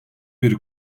bir